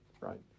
right